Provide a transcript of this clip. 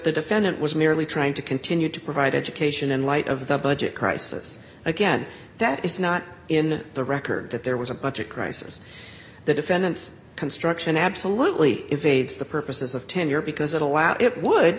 the defendant was merely trying to continue to provide education in light of the budget crisis again that is not in the record that there was a budget crisis the defendant's construction absolutely invades the purposes of tenure because it allowed it would